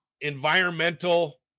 environmental